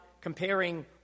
comparing